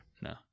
No